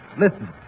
Listen